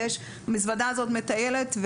המזוודה הזאת מטיילת.